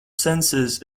senses